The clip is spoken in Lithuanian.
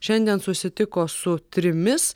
šiandien susitiko su trimis